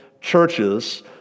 churches